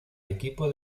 equipo